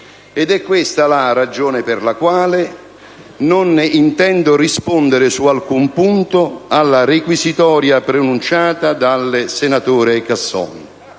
Questa è la ragione per la quale non intendo rispondere ad alcun punto della requisitoria pronunciata dal senatore Casson.